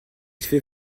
fait